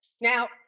Now